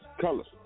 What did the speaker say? Colors